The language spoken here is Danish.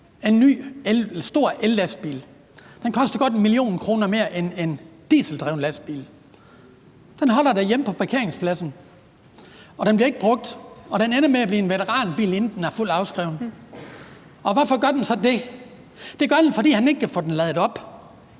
en ny stor ellastbil, og den koster godt 1 mio. kr. mere end en dieseldrevet lastbil. Den holder derhjemme på parkeringspladsen, og den bliver ikke brugt, og den ender med at blive en veteranbil, inden den er fuldt afskrevet. Og hvorfor gør den så det? Det gør den, fordi han ikke kan få den ladet op.